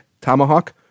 Tomahawk